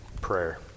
prayer